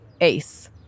ace